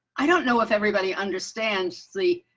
i don't know if everybody understands the